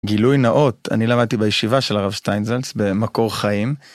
גילוי נאות, אני למדתי בישיבה של הרב סטיינזלס במקור חיים.